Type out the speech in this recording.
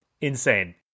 Insane